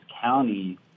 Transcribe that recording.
County